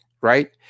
Right